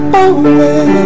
away